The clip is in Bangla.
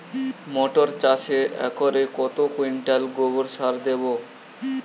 মটর চাষে একরে কত কুইন্টাল গোবরসার দেবো?